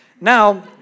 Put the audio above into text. Now